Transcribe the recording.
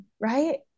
right